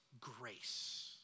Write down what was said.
grace